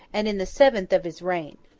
and in the seventh of his reign.